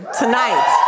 tonight